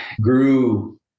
grew